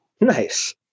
Nice